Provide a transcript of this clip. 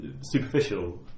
superficial